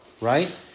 right